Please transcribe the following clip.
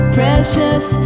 precious